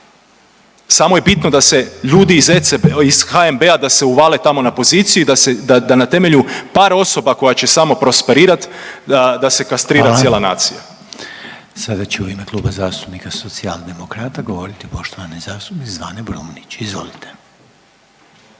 Samo je bitno da se ljudi iz HNB-a da se uvale tamo na poziciju i da na temelju par osoba koja će samo prosperirat da se kastrira cijela nacija. **Reiner, Željko (HDZ)** Hvala. Sada će u ime Kluba zastupnika Socijaldemokrata govoriti poštovani zastupnik Zvane Brumnić. Izvolite.